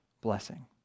Blessing